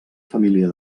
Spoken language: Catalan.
família